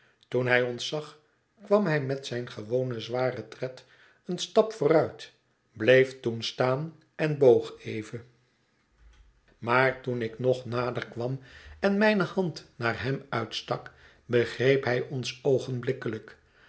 toen hij ons zag kwam hij met zijn gewonen zwaren tred een stap vooruit bleef toen staan en hoog even maar toen ik nog nader kwam en mijne hand naar hem uitstak begreep hij ons